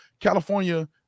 California